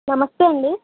నమస్తే అండి